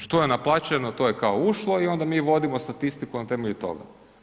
Što je naplaćeno to je kao ušlo i onda mi vodimo statistiku na temelju toga.